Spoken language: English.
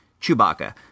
Chewbacca